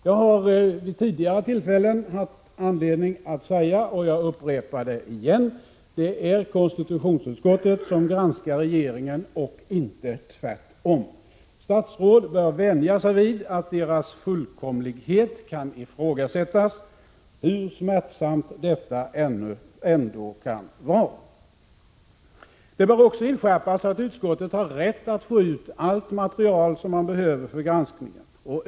Jag har vid tidigare tillfällen haft anledning att säga, och jag upprepar det: Det är konstitutionsutskottet som granskar regeringen, och inte tvärtom. Statsråd bör vänja sig vid att deras fullkomlighet kan ifrågasättas, hur smärtsamt detta än kan vara. Det bör också inskärpas att utskottet har rätt att få ut allt material som utskottet behöver för granskningen.